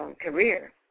career